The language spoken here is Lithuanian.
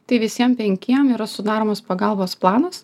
tai visiem penkiem yra sudaromas pagalbos planas